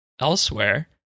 elsewhere